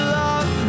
love